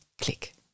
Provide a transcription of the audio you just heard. click